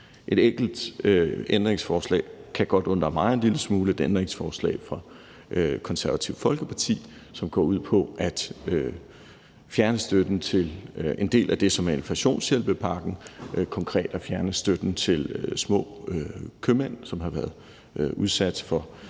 Et enkelt ændringsforslag kan godt undre mig en lille smule, og det er et ændringsforslag fra Det Konservative Folkeparti, som går ud på at fjerne støtten til en del af det, som er inflationshjælpepakken, konkret at fjerne støtten til små købmænd, som har været udsat for